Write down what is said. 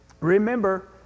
Remember